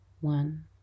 One